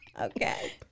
Okay